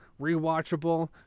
rewatchable